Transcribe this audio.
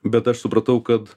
bet aš supratau kad